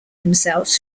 themselves